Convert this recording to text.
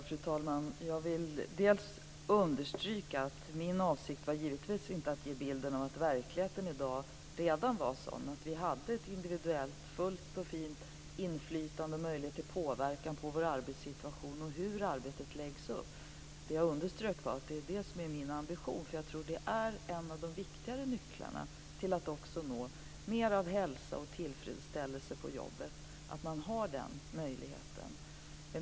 Fru talman! Jag vill understryka att min avsikt givetvis inte var att ge en bild av att verkligheten i dag redan är sådan att vi har ett individuellt, fullt och fint inflytande och en möjlighet att påverka vår arbetssituation och arbetets uppläggning. Det jag underströk var att det är min ambition. Jag tror nämligen att en av de viktigare nycklarna till att också nå mer av hälsa och tillfredsställelse på jobbet är att man har den möjligheten.